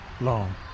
Long